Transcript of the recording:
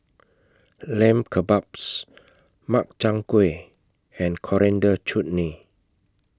Lamb Kebabs Makchang Gui and Coriander Chutney